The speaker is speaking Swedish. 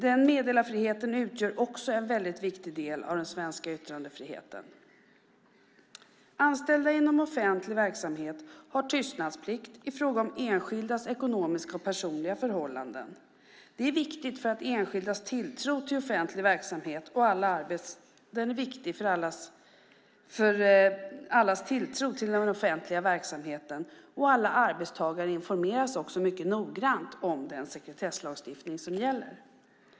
Den meddelarfriheten utgör en mycket viktig del av den svenska yttrandefriheten. Anställda inom offentlig verksamhet har tystnadsplikt i fråga om enskildas ekonomiska och personliga förhållanden. Det är viktigt för allas tilltro till den offentliga verksamheten, och alla arbetstagare informeras mycket noggrant om den sekretesslagstiftning som gäller.